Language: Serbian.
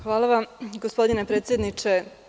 Hvala vam, gospodine predsedniče.